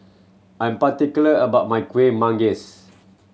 I'm particular about my Kueh Manggis